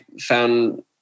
found